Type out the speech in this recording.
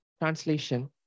translation